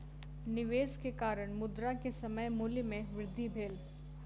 निवेश के कारण, मुद्रा के समय मूल्य में वृद्धि भेल